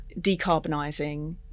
decarbonising